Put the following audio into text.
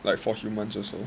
like for humans also